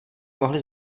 mohli